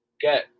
get